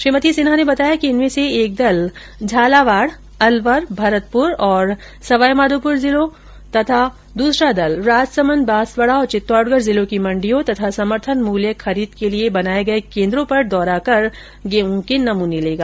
श्रीमती सिन्हा ने बताया कि इनमें से एक दल झालावाड़ अलवर भरतपुर और सवाई माधोपुर जिलों तथा दूसरा दल राजसमंद बांसवाड़ा और चित्तौडगढ़ जिलों की मण्डियों तथा समर्थन मूल्य खरीद के लियें स्थापित केन्द्रों पर दौरा कर गेहूं के नमूने लेगा